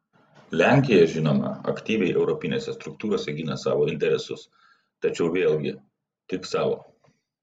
lenkija žinoma aktyviai europinėse struktūrose gina savo interesus tačiau vėlgi tik savo